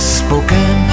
spoken